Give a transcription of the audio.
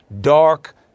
dark